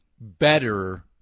better